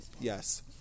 Yes